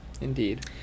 Indeed